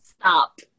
stop